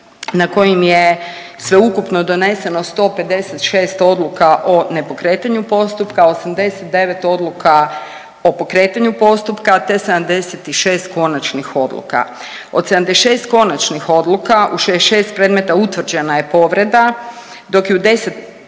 na kojim je sveukupno doneseno 156 odluka o nepokretanju postupka, 89 odluka o pokretanju postupka te 76 konačnih odluka. Od 76 konačnih odluka u 66 predmeta utvrđena je povreda dok je u 10